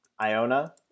Iona